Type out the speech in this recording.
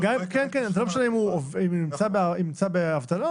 אבל הוא לא יקבל דמי אבטלה.